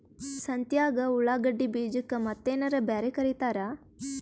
ಸಂತ್ಯಾಗ ಉಳ್ಳಾಗಡ್ಡಿ ಬೀಜಕ್ಕ ಮತ್ತೇನರ ಬ್ಯಾರೆ ಕರಿತಾರ?